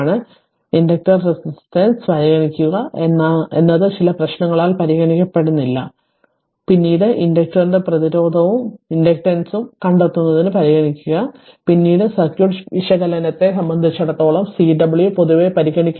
അതിനാൽ inductor resistance പരിഗണിക്കുക എന്നത് ചില പ്രശ്നങ്ങളാൽ പരിഗണിക്കപ്പെടില്ല പിന്നീട് ഇൻഡക്റ്ററിന്റെ പ്രതിരോധവും ഇൻഡക്റ്റൻസും കണ്ടെത്തുന്നതിന് പരിഗണിക്കുക പിന്നീട് സർക്യൂട്ട് വിശകലനത്തെ സംബന്ധിച്ചിടത്തോളം Cw പൊതുവേ പരിഗണിക്കില്ല